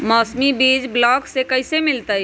मौसमी बीज ब्लॉक से कैसे मिलताई?